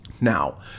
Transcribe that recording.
Now